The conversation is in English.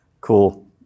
cool